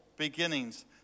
Beginnings